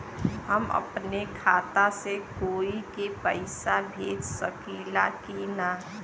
हम अपने खाता से कोई के पैसा भेज सकी ला की ना?